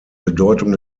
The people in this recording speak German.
bedeutung